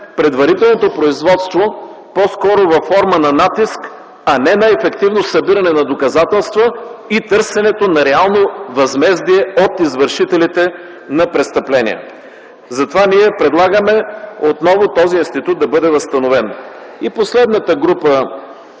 предварителното производство по-скоро във форма на натиск, а не на ефективно събиране на доказателства и търсене на реално възмездие от извършителите на престъпления. Затова ние предлагаме отново този институт да бъде възстановен. Последната група